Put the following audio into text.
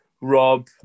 Rob